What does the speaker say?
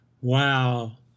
wow